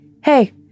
hey